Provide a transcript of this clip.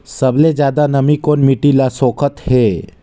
सबले ज्यादा नमी कोन मिट्टी ल सोखत हे?